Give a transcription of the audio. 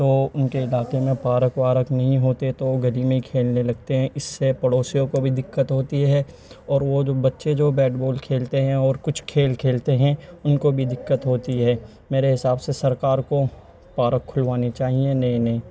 تو ان کے علاقے میں پارک وارک نہیں ہوتے تو گلی میں ہی کھیلنے لگتے ہیں اس سے پڑوسیوں کو بھی دقت ہوتی ہے اور وہ جو بچے جو بیڈ بال کھیلتے ہیں اور کچھ کھیل کھیلتے ہیں ان کو بھی دقت ہوتی ہے میرے حساب سے سرکار کو پارک کھلوانے چاہئیں نئے نئے